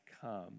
come